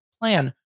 plan